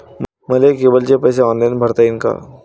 मले केबलचे पैसे ऑनलाईन भरता येईन का?